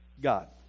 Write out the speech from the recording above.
God